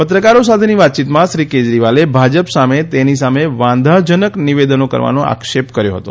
પત્રકારો સાથેની વાતયીતમાં શ્રી કેજરીવાલે ભાજપ સામે તેની સામે વાંધાજનક નિવેદનો કરવાનો આક્ષેપ કર્યો હતો